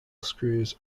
screws